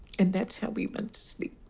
and that's how we went to sleep.